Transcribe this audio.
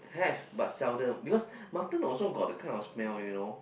have but seldom because mutton also got the kind of smell you know